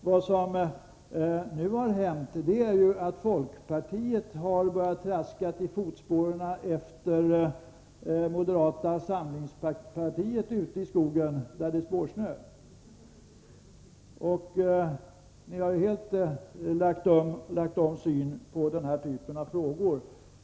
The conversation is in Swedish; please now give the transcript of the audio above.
Vad som nu har hänt är att folkpartiet har börjat traska i fotspåren efter moderata samlingspartiet ute i skogen där det är spårsnö. Ni har helt ändrat syn på denna typ av frågor.